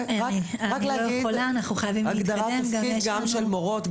הגדרת תפקיד גם של מורות,